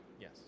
Yes